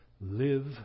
live